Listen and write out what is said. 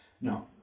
No